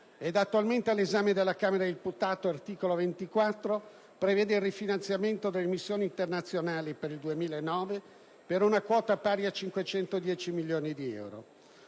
ed attualmente all'esame della Camera dei deputati, all'articolo 24 prevede il rifinanziamento delle missioni internazionali per il 2009 per una quota pari a 510 milioni di euro.